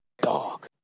Dog